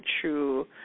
true